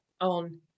on